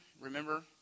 remember